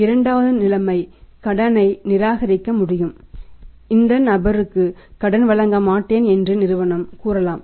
இரண்டாவது நிலைமை கடனை நிராகரிக்க முடியும் இந்த நபருக்கு கடன் வழங்க மாட்டேன் என்று நிறுவனம் கூறலாம்